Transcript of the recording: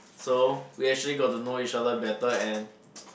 so we actually got to know each other better and